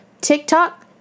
TikTok